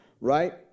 right